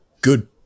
good